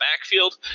backfield